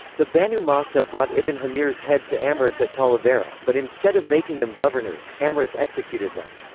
the banu mahsa brought ibn hamir's head to amrus at talavera, but instead of making them governors, amrus executed them.